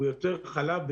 והוא יוצר חלב,